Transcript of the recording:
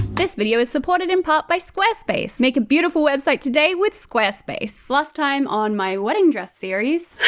this video is supported in part by squarespace. make a beautiful website today with squarespace. last time on my wedding dress series